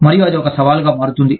మరియు అది ఒక సవాలుగా మారుతుంది